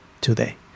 today